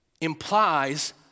implies